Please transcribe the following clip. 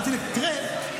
תראה,